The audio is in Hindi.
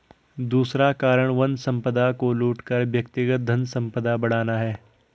दूसरा कारण वन संपदा को लूट कर व्यक्तिगत धनसंपदा बढ़ाना है